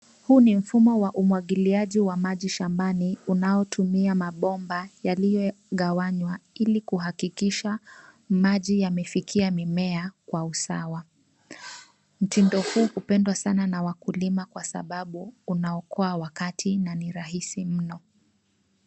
Huu ni mfumo wa umwagiliaji wa maji shambani, unaotumia mabomba yaliyogawanywa, ili kuhakikisha maji yamefikia mimea kwa usawa. Mtindo huu hupendwa sana na wakulima kwa sababu unaokoa wakati na ni rahisi mno.